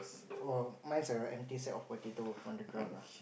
oh mines a empty set of potato on the ground ah